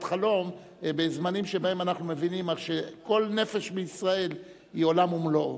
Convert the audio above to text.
חלום בזמנים שבהם אנחנו מבינים שכל נפש בישראל היא עולם ומלואו.